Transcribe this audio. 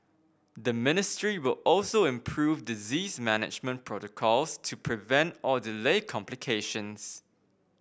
the ministry will also improve disease management protocols to prevent or delay complications